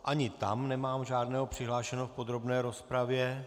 Ani tam nemám žádného přihlášeného v podrobné rozpravě.